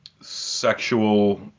sexual